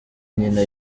nyina